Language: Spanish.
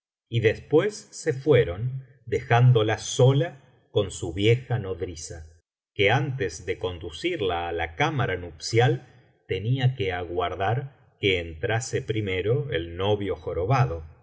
y después se fueron dejándola sola con su vieja nodriza que antes de conducirla á la cámara nupcial tenía que aguardar que entrase primero el novio jorobado